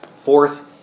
Fourth